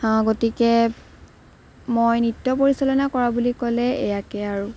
গতিকে মই নৃত্য পৰিচালনা কৰা বুলি ক'লে এয়াকে আৰু